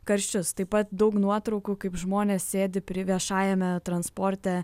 karščius taip pat daug nuotraukų kaip žmonės sėdi pri viešajame transporte